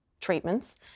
treatments